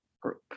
group